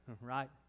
right